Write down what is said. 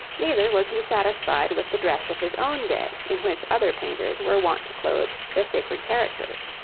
neither was he satisfied with the dress of his own day in which other painters were wont to clothe their sacred characters.